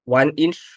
one-inch